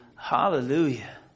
Hallelujah